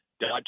dodge